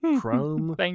Chrome